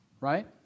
right